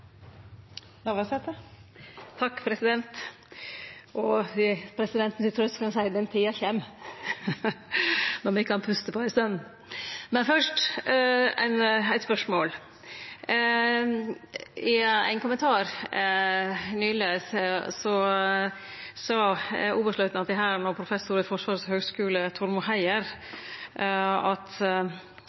Til trøyst kan eg seie: Den tida kjem at me kan «puste på ei stund». Men fyrst eit spørsmål: I ein kommentar nyleg sa oberstløytnant i Hæren og professor ved Forsvarets høgskole Tormod Heier at